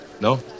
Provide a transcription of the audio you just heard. No